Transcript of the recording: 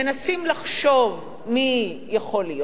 מנסים לחשוב מי יכול להיות,